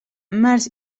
març